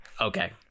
Okay